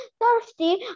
thirsty